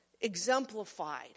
exemplified